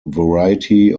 variety